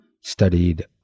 studied